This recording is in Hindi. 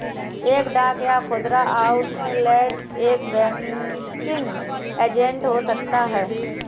एक डाक या खुदरा आउटलेट एक बैंकिंग एजेंट हो सकता है